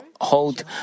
hold